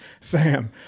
Sam